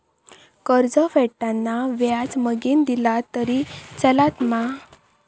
कर्ज फेडताना व्याज मगेन दिला तरी चलात मा?